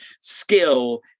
skill